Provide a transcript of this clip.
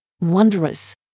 wondrous